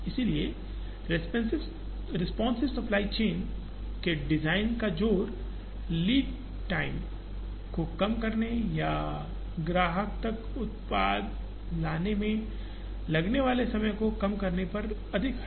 इसलिए responsive supply chain के design का जोर लीड समय को कम करने या ग्राहक तक उत्पाद लाने में लगने वाले समय को कम करने पर अधिक है